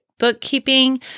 bookkeeping